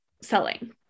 selling